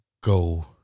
Go